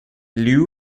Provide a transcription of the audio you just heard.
liu